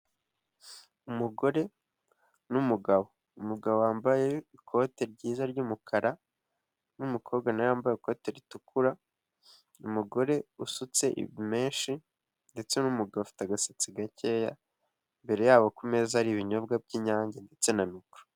Umugore n'umugabo, umugabo wambaye ikote ryiza ry'umukara n'umukobwa nawe wambaye ikote ritukura. Umugore usutse menshe ndetse n'umugabo afite agasatsi gakeya, imbere yabo ku meza hari ibinyobwa by'inyange ndetse na mikoro.